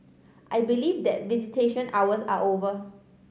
I believe that visitation hours are over